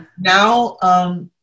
Now